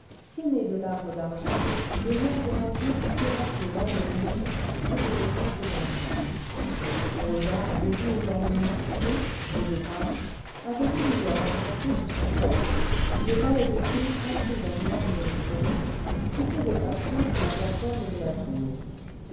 semé de larmes d'argent délions héraldiques tirant une langue rouge et de potences en croix posa avait ri énormément et au départ avait tenu à embrasser sur son casque le valet de pied enfoui dans une armure historique qui faisait faction sur la plate-forme de la tour